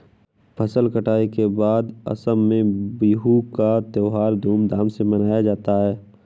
फसल कटाई के बाद असम में बिहू का त्योहार धूमधाम से मनाया जाता है